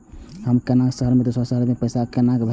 हम केना शहर से दोसर के शहर मैं पैसा केना भेजव?